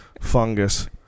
fungus